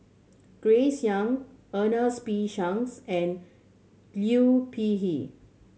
Grace Young Ernest P Shanks and Liu Peihe